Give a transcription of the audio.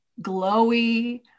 glowy